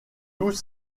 loups